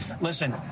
Listen